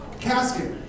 casket